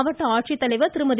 மாவட்ட ஆட்சித்தலைவர் திருமதி